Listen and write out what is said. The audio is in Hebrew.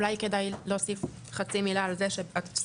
אולי כדאי להוסיף חצי מילה על זה שהתוספת